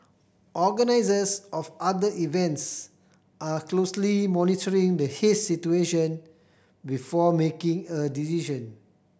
organisers of other events are closely monitoring the haze situation before making a decision